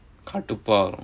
கடுப்பாவும்:kadupaavum